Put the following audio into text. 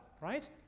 right